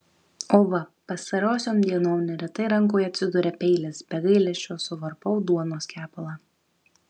o va pastarosiom dienom neretai rankoje atsiduria peilis be gailesčio suvarpau duonos kepalą